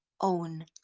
own